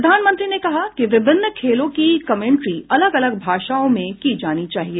प्रधानमंत्री ने कहा कि विभिन्न खेलों की कमेंट्री अलग अलग भाषाओं में की जानी चाहिए